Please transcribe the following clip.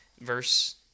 verse